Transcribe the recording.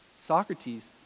Socrates